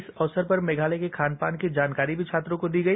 इस अक्सर पर मेघातय के खान पान की जानकारी भी छात्रों को दी गई